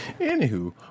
Anywho